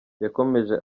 yakomeje